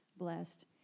blessed